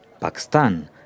Pakistan